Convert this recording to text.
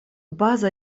baza